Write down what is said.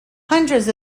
hundreds